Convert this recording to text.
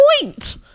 point